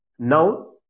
Now